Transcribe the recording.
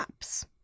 apps